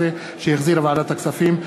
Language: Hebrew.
2013, שהחזירה ועדת הכספים.